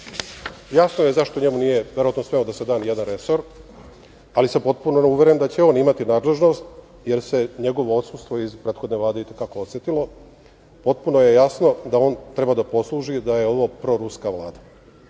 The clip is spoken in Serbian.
je zašto njemu nije verovatno smeo da se da nijedan resor, ali sam potpuno uveren da će on imati nadležnost, jer se njegovo odsustvo iz prethodne Vlade i te kako osetilo. Potpuno je jasno da on treba da posluži da je ovo proruska Vlada.